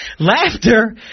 Laughter